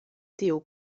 tiu